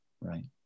right